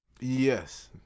Yes